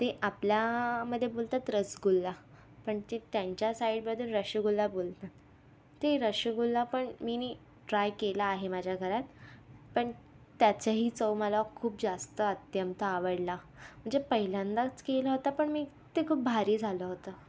ते आपल्या मध्ये बोलतात रसगुल्ला पण ते त्यांच्या साइडमधून रशगुल्ला बोलतात ते रशगुल्ला पण मिनी ट्राय केला आहे माझ्या घरात पण त्याचेही चव मला खूप जास्त अत्यंत आवडला म्हणजे पहिल्यांदाच केला होता पण मी ते खूप भारी झालं होतं